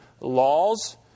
laws